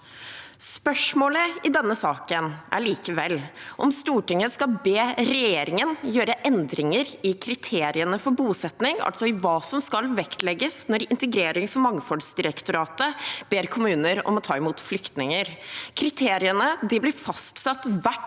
Spørsmålet i denne saken er likevel om Stortinget skal be regjeringen gjøre endringer i kriteriene for bosetting, altså i hva som skal vektlegges når Integreringsog mangfoldsdirektoratet ber kommuner om å ta imot flyktninger. Kriteriene blir fastsatt hvert